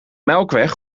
melkweg